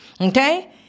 okay